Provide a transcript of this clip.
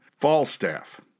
Falstaff